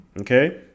Okay